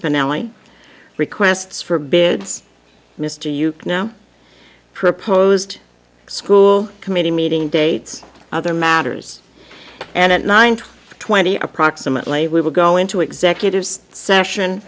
spinelli requests for beds mr uke now proposed school committee meeting date other matters and at nine twenty approximately we will go into executive session